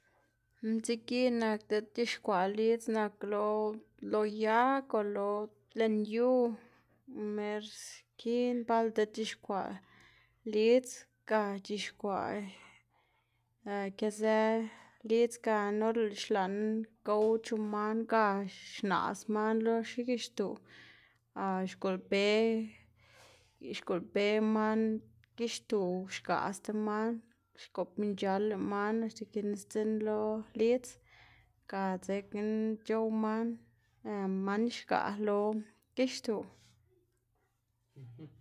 Mtsigi nak di't c̲h̲ixkwaꞌ lidz nak lo lo yag o lo lën yu mer skin bal diꞌt c̲h̲ixkwaꞌ lidz, ga c̲h̲ixkwaꞌ këzë lidz gana or lëꞌ xlaꞌn gow chu man ga xnaꞌs man lo xigixtuꞌ a xgolbe xgolbe man gixtu xkaꞌ sti man, xgob nc̲h̲ala man axta kë un sdzinn lo lidz, ga dzekna c̲h̲ow man man xgaꞌ lo gixtuꞌ.